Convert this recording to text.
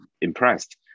impressed